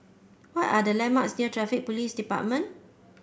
what are the landmarks near Traffic Police Department